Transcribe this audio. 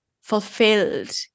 fulfilled